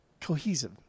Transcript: cohesive